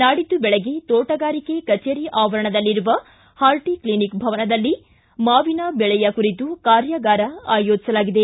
ನಾಡಿದ್ದು ಬೆಳಗ್ಗೆ ತೋಟಗಾರಿಕೆ ಕಚೇರಿ ಆವರಣದಲ್ಲಿರುವ ಹಾರ್ಟಿಕ್ಲಿನಿಕ್ ಭವನದಲ್ಲಿ ಮಾವಿನ ಬೆಳೆಯ ಕುರಿತು ಕಾರ್ಯಾಗಾರ ಆಯೋಜಿಸಲಾಗಿದೆ